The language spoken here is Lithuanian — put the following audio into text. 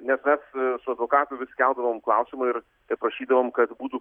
nes aš su advokatu vis keldavom klausimą ir teprašydavom kad būtų